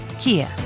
Kia